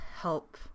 help